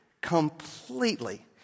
completely